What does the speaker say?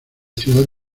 ciudad